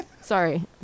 Sorry